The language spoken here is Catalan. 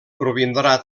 provindrà